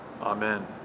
amen